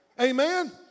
Amen